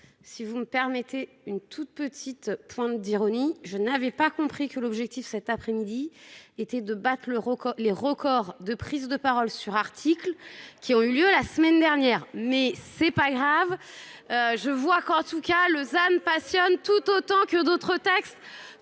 si vous me permettez une toute petite pointe d'ironie. Je n'avais pas compris que l'objectif cet après-midi était de battre le record, les records de prise de parole sur articles qui ont eu lieu la semaine dernière mais c'est pas grave. Je vois qu'en tout cas Lausanne passionne tout autant que d'autres textes